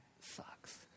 sucks